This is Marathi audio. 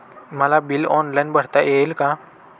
मला बिल ऑनलाईन भरता येईल का?